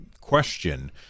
question